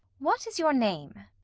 what is your name?